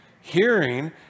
Hearing